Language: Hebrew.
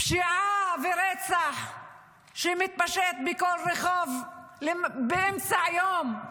פשיעה ורצח שמתפשט בכל רחוב באמצע היום.